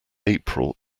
april